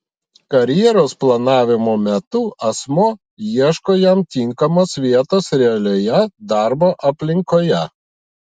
karjeros planavimo metu asmuo ieško jam tinkamos vietos realioje darbo aplinkoje